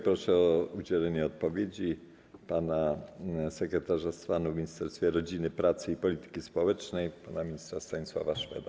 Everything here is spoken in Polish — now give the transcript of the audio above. Proszę o udzielenie odpowiedzi sekretarza stanu w Ministerstwie Rodziny, Pracy i Polityki Społecznej pana ministra Stanisława Szweda.